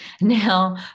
Now